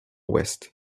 ouest